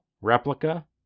replica